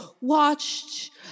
watched